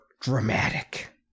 dramatic